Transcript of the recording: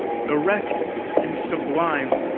erect and sublime,